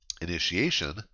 Initiation